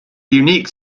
unique